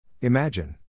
Imagine